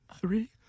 Three